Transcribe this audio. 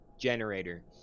generator